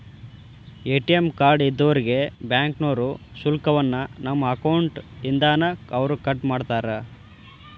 ATM card ಇದ್ದೋರ್ಗೆ ಬ್ಯಾಂಕ್ನೋರು ಶುಲ್ಕವನ್ನ ನಮ್ಮ ಅಕೌಂಟ್ ಇಂದಾನ ಅವ್ರ ಕಟ್ಮಾಡ್ತಾರ